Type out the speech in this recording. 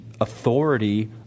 authority